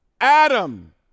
Adam